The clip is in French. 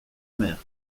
mère